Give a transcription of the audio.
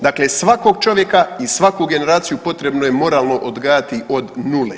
Dakle, svakog čovjeka i svaku generaciju potrebno je moralno odgajati od nule.